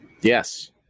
Yes